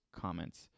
comments